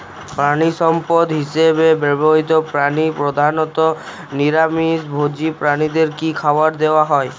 প্রাণিসম্পদ হিসেবে ব্যবহৃত প্রাণী প্রধানত নিরামিষ ভোজী প্রাণীদের কী খাবার দেয়া হয়?